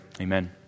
amen